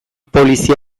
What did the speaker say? polizia